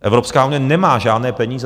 Evropská unie nemá žádné peníze.